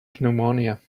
pneumonia